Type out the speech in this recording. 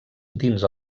dins